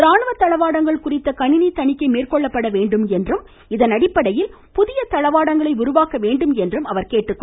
ராணுவத் தளவாடங்கள் குறித்த கணிணி தணிக்கை மேற்கொள்ளப்பட வேண்டும் என்றும் இதனடிப்படையில் புதிய தளவாடங்களை உருவாக்க வேண்டும் என்றும் அவர் கேட்டுக்கொண்டார்